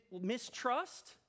mistrust